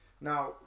now